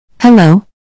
Hello